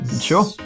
Sure